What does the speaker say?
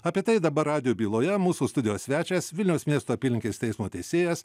apie tai dabar radijo byloje mūsų studijos svečias vilniaus miesto apylinkės teismo teisėjas